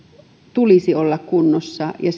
tulisi olla kunnossa ja